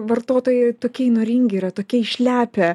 vartotojai tokie įnoringi yra tokie išlepę